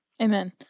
Amen